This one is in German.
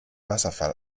wasserfall